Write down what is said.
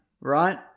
right